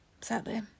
Sadly